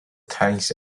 thanks